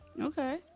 Okay